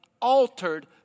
altered